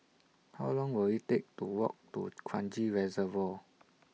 How Long Will IT Take to Walk to Kranji Reservoir